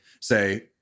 say